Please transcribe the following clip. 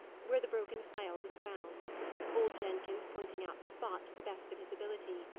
where the broken phial was found old jenkins pointing out the spot, to the best of his ability.